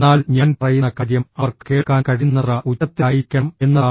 എന്നാൽ ഞാൻ പറയുന്ന കാര്യം അവർക്ക് കേൾക്കാൻ കഴിയുന്നത്ര ഉച്ചത്തിലായിരിക്കണം എന്നതാണ്